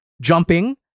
jumping